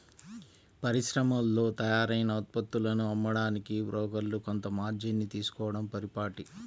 పరిశ్రమల్లో తయారైన ఉత్పత్తులను అమ్మడానికి బ్రోకర్లు కొంత మార్జిన్ ని తీసుకోడం పరిపాటి